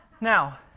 Now